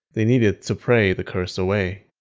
they needed to pray the curse away.